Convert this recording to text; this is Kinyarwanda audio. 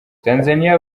tanzania